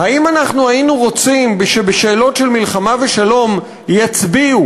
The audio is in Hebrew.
האם אנחנו היינו רוצים שבשאלות של מלחמה ושלום יצביעו,